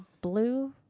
blue